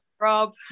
Rob